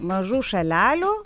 mažų šalelių